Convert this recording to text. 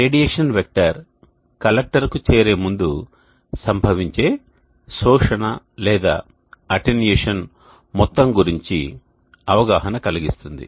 radiation vector కలెక్టర్కు చేరే ముందు సంభవించే శోషణ లేదా అటెన్యూయేషన్ మొత్తం గురించి అవగాహన కలిగిస్తుంది